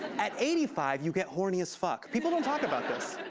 at eighty five, you get horny as fuck. people don't talk about this.